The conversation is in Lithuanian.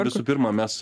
visų pirma mes